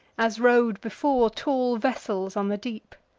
as rode, before, tall vessels on the deep.